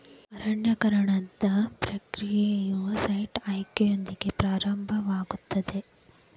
ಅರಣ್ಯೇಕರಣದ ಪ್ರಕ್ರಿಯೆಯು ಸೈಟ್ ಆಯ್ಕೆಯೊಂದಿಗೆ ಪ್ರಾರಂಭವಾಗುತ್ತದೆ